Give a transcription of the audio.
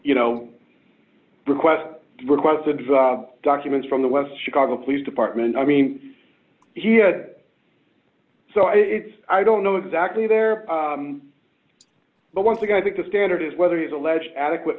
you know request requested documents from the west chicago police department i mean so it's i don't know exactly there but once again i think the standard is whether it's alleged adequate